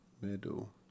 Middle